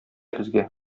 безгә